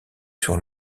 sur